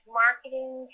marketing